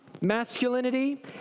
Masculinity